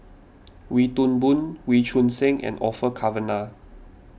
Wee Toon Boon Wee Choon Seng and Orfeur Cavenagh